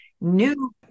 new